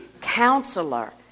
Counselor